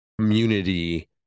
community